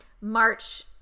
March